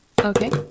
Okay